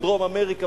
בדרום-אמריקה,